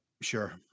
Sure